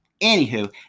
anywho